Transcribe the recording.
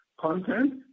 content